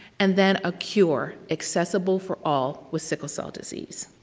and then a cure accessible for all with sickle cell disease.